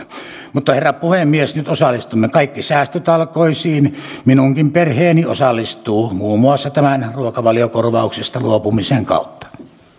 mutta herra puhemies nyt osallistumme kaikki säästötalkoisiin minunkin perheeni osallistuu muun muassa tämän ruokavaliokorvauksesta luopumisen kautta